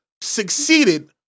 succeeded